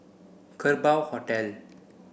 Kerbau Hotel